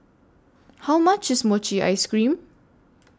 How much IS Mochi Ice Cream